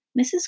Mrs